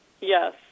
Yes